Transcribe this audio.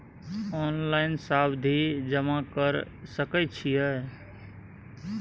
Online सावधि जमा कर सके छिये?